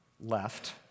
left